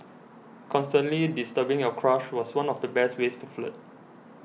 constantly disturbing your crush was one of the best ways to flirt